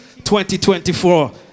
2024